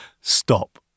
Stop